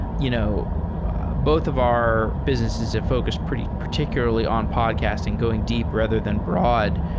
you know both of our businesses have focused pretty particularly on podcasting, going deep rather than broad.